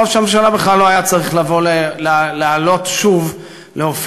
ראש הממשלה בכלל לא היה צריך לבוא ולעלות שוב להופיע,